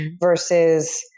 versus